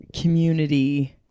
community